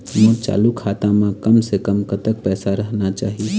मोर चालू खाता म कम से कम कतक पैसा रहना चाही?